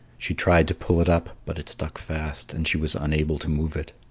she tried to pull it up but it stuck fast, and she was unable to move it.